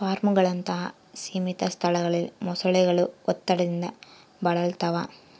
ಫಾರ್ಮ್ಗಳಂತಹ ಸೀಮಿತ ಸ್ಥಳಗಳಲ್ಲಿ ಮೊಸಳೆಗಳು ಒತ್ತಡದಿಂದ ಬಳಲ್ತವ